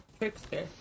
trickster